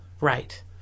Right